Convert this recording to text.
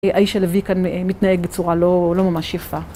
האיש הלוי כאן מתנהג בצורה לא ממש יפה.